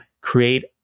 create